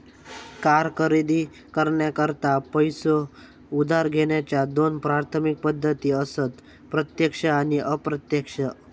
car खरेदी करण्याकरता पैसो उधार घेण्याच्या दोन प्राथमिक पद्धती असत प्रत्यक्ष आणि अप्रत्यक्ष